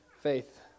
faith